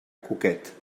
cuquet